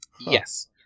Yes